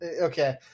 Okay